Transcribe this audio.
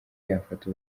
yafata